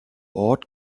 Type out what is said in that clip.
ort